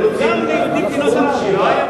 הם רוצים זכות שיבה,